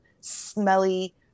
smelly